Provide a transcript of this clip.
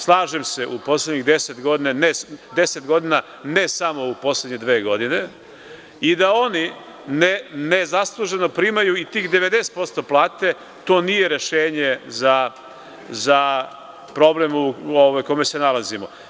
Slažem se u poslednjih deset godina, ne samo u poslednje dve godine i da oni nezasluženo ne primaju ni tih 90% plate, to nije rešenje za problem u kome se nalazimo.